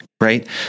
right